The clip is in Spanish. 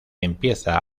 empieza